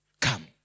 Come